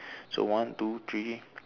so one two three